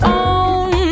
own